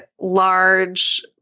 large